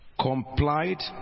complied